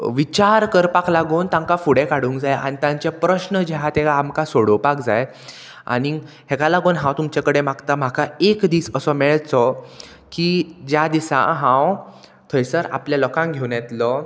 विचार करपाक लागून तांकां फुडें काडूंक जाय आनी तांचें प्रश्न जें आहा तेका आमकां सोडोवपाक जाय आनीक हेका लागून हांव तुमचे कडेन मागता म्हाका एक दीस असो मेळचो की ज्या दिसा हांव थंयसर आपल्या लोकांक घेवन येतलो